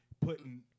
putting